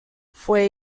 fue